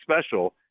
special